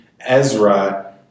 Ezra